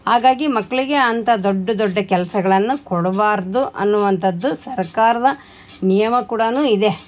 ಹಾಗಾಗಿ ಮಕ್ಕಳಿಗೆ ಅಂಥ ದೊಡ್ಡ ದೊಡ್ಡ ಕೆಲಸಗಳನ್ನು ಕೊಡಬಾರ್ದು ಅನ್ನುವಂಥದ್ದು ಸರ್ಕಾರದ ನಿಯಮ ಕೂಡ ಇದೆ